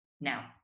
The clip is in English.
Now